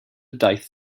daith